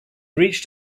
reached